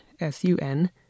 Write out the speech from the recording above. S-U-N